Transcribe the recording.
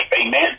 amen